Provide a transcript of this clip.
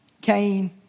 Cain